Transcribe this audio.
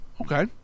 Okay